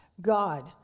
God